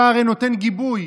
אתה הרי נותן גיבוי